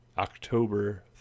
October